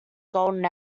golden